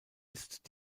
ist